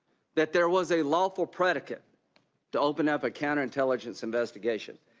that there was a lawful predicate to open up a counter intelligence investigation.